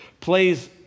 plays